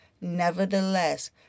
Nevertheless